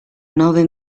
nove